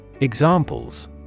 Examples